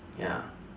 ya